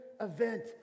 event